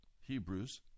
Hebrews